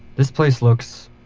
this place looks.